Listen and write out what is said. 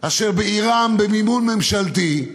אשר בעירם, במימון ממשלתי,